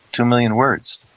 two million words.